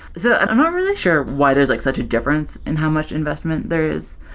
so i'm not really sure why there's like such a difference in how much investment there is.